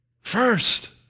First